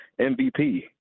MVP